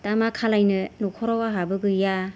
दा मा खालायनो न'खराव आंहाबो गैया